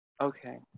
Okay